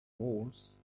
walls